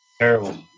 Terrible